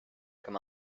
come